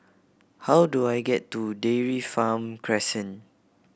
how do I get to Dairy Farm Crescent